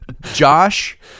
Josh